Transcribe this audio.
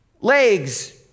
Legs